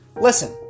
Listen